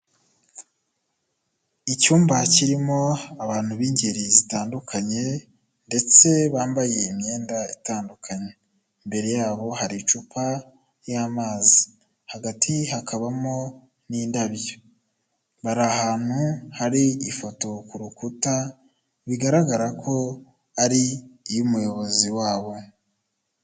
Icyumba kirimo abantu b'ingeri zitandukanye ndetse bambaye imyenda itandukanye, imbere yabo hari icupa ry'amazi, hagati hakabamo n'indabyo, bari ahantu hari ifoto ku rukuta, bigaragara ko ari iy'umuyobozi wabo.